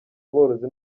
aborozi